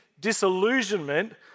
disillusionment